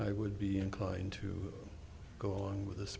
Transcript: i would be inclined to go along with this